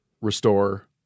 restore